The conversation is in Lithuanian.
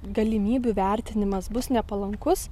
galimybių vertinimas bus nepalankus